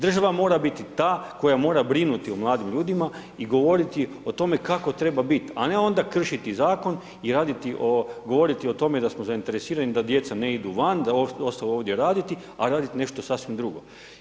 Država mora biti ta koja mora brinuti o mladim ljudima i govoriti o tome kako treba biti, a ne onda kršiti Zakon i raditi o, govoriti o tome da smo zainteresirani da djeca ne idu van, da ostanu ovdje raditi, a radit nešto sasvim drugo.